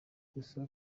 gusa